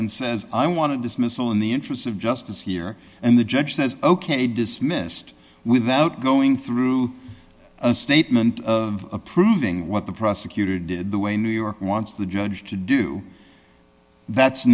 and says i want to dismissal in the interests of justice here and the judge says ok dismissed without going through a statement of approving what the prosecutor did the way new york wants the judge to do that's